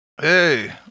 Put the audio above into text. Hey